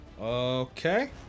Okay